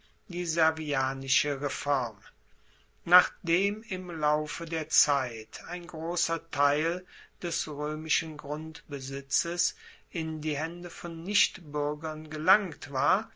die servianische reform nachdem im laufe der zeit ein grosser teil des roemischen grundbesitzes in die haende von nichtbuergern gelangt war